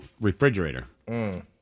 refrigerator